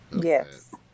yes